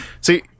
see